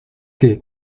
que